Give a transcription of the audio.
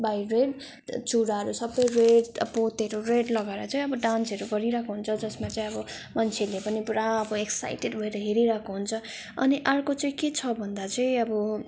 by red चुराहरू सबै red पोतेहरू रेड लगाएर चाहिँ अब डान्सहरू गरिरहेको हुन्छ जसमा चाहिँ अब मान्छेहरूले पनि पुरा एक्साइटेट भएर हेरिरहेको हुन्छ अनि अर्को चाहिँ के छ भन्दा चाहिँ अब